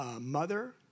Mother